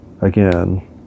again